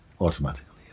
automatically